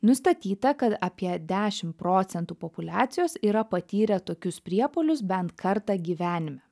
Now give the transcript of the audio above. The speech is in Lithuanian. nustatyta kad apie dešimt procentų populiacijos yra patyrę tokius priepuolius bent kartą gyvenime